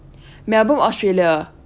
melbourne australia